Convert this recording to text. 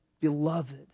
beloved